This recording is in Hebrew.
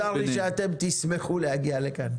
זה לא וולונטרי שאתם תשמחו להגיע לכאן.